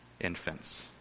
infants